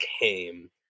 came